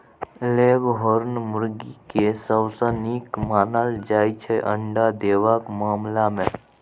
leghorn मुरगी केँ सबसँ नीक मानल जाइ छै अंडा देबाक मामला मे